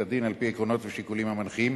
הדין על-פי העקרונות והשיקולים המנחים,